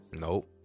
nope